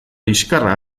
liskarra